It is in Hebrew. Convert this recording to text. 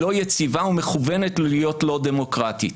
לא יציבה ומכוונת להיות לא דמוקרטית.